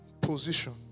position